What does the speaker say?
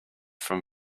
from